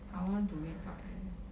I want to wake up as